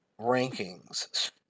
rankings